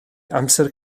amser